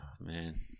man